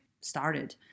started